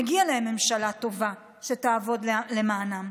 מגיעה להם ממשלה טובה שתעבוד למענם,